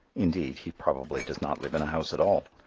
indeed he probably does not live in a house at all,